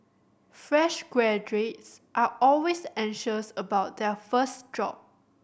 fresh graduates are always anxious about their first job